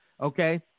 okay